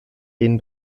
den